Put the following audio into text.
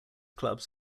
clubs